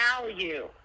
value